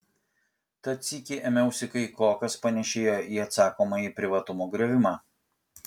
tad sykį ėmiausi kai ko kas panėšėjo į atsakomąjį privatumo griovimą